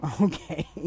Okay